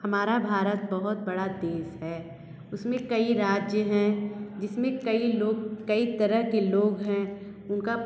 हमारा भारत बहुत बड़ा देश है उसमें कई राज्य हैं जिसमें कई लोग कई तरह के लोग हैं उनका